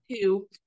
Two